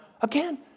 Again